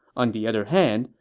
on the other hand,